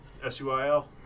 SUIL